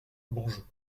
bonjou